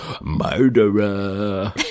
murderer